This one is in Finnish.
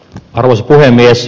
arvoisa puhemies